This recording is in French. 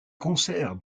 concerts